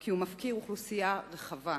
כי הוא מפקיר אוכלוסייה רחבה,